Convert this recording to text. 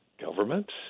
Government